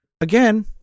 again